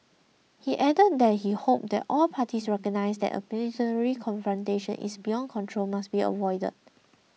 he added that he hoped all parties recognise that a military confrontation is beyond control must be avoided